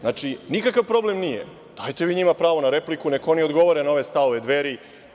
Znači, nikakav problem nije, dajte vi njima pravo na repliku, neka oni odgovore na stavove Dveri.